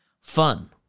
fun